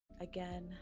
Again